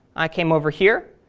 i came over here.